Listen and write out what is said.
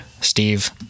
Steve